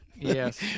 Yes